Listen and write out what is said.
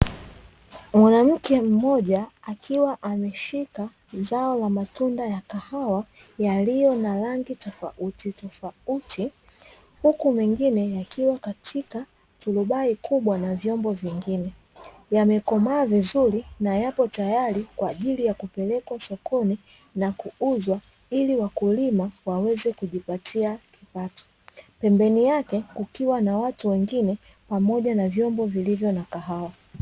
Mwanamke mmoja, akiwa ameshika zao la matunda ya kahawa yaliyo na rangi tofauti tofauti, huku mengine yakiwa katika turubai kubwa na vyombo vingine. Yamekomaa vizuri na yapo tayari kwa ajili ya kupelekwa sokoni na kuuzwa ili wakulima waweze kujipatia kipato. Pembeni yake kukiwa na watu wengine pamoja na vyombo vilivyo na kahawa.